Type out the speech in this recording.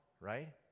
right